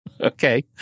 Okay